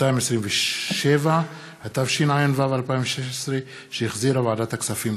227), התשע"ו 2016, שהחזירה ועדת הכספים.